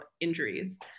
injuries